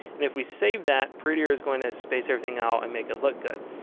if we save that prettier is going to space everything out and make it look good.